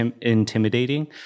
intimidating